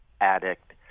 addict